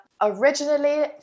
originally